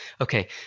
okay